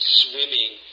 swimming